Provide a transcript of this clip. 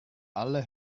alle